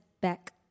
back